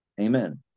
Amen